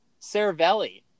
Cervelli